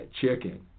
chicken